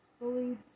bullied